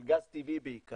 של גז טבעי בעיקר,